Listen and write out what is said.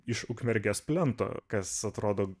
iš ukmergės plento kas atrodo